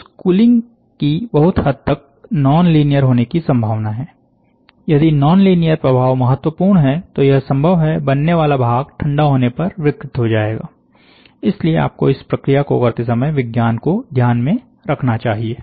इस कूलिंग की बहुत हद तक नॉनलीनियर होने की संभावना है यदि नॉनलीनियर प्रभाव महत्वपूर्ण है तो यह संभव है बनने वाला भाग ठंडा होने पर विकृत हो जाएगा इसलिए आपको इस प्रक्रिया को करते समय विज्ञान को ध्यान में रखना चाहिए